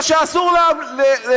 כי אסור להדליף,